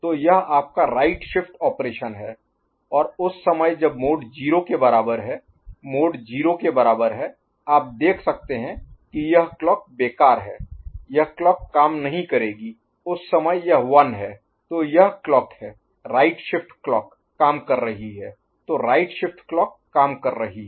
तो यह आपका राइट शिफ्ट ऑपरेशन है और उस समय जब मोड 0 के बराबर है मोड 0 के बराबर है आप देख सकते हैं कि यह क्लॉक बेकार है यह क्लॉक काम नहीं करेगी उस समय यह 1 है तो यह क्लॉक है राइट शिफ्ट क्लॉक काम कर रही है तो राइट शिफ्ट क्लॉक काम कर रही है